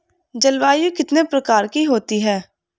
जलवायु कितने प्रकार की होती हैं?